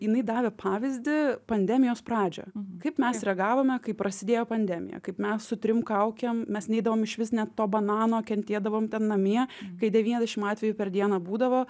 jinai davė pavyzdį pandemijos pradžią kaip mes reagavome kaip prasidėjo pandemija kaip mes su trim kaukėm mes neidavom išvis net to banano kentėdavome ten namie kai devyniasdešim atvejų per dieną būdavo